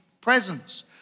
presence